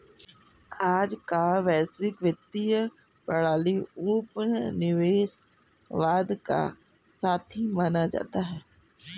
आज का वैश्विक वित्तीय प्रणाली उपनिवेशवाद का साथी माना जाता है